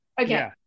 okay